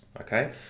Okay